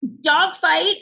Dogfight